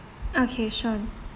okay sure